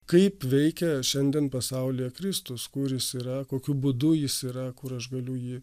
kaip veikia šiandien pasaulyje kristus kur jis yra kokiu būdu jis yra kur aš galiu jį